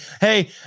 Hey